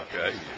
Okay